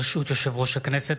ברשות יושב-ראש הכנסת,